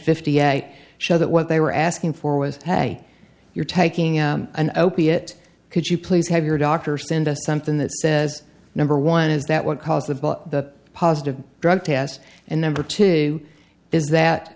fifty a day show that what they were asking for was hey you're taking an opiate could you please have your doctor send us something that says number one is that what caused the positive drug test and number two is that